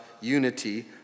unity